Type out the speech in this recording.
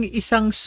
isang